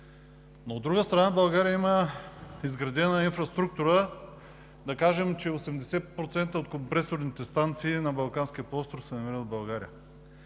От друга страна България има изградена инфраструктура. Да кажем, че 80% от компресорните станции на Балканския полуостров се намират в България.